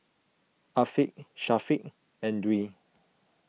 Afiq Syafiq and Dwi